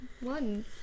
one